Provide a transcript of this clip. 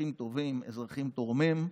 אזרחים טובים, אזרחים תורמים.